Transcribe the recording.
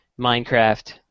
Minecraft